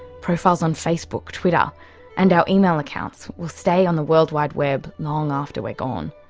profiles on facebook, twitter and our email accounts will stay on the world wide web long after we're gone.